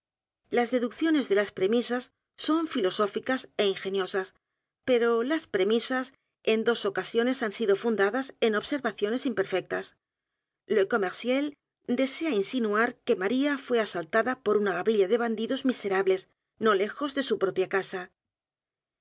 las deducciones de las premisas son el misterio de maría rogét i filosóficas é ingeniosas pero las premisas en dos ocasiones han sido fundadas en observaciones imperfectas le commerciel desea insinuar que maría fué asaltada por una gavilla de bandidos miserables nolejos de su propia casa